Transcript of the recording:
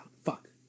fuck